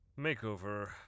makeover